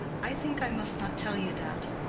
i think i must not tell you that.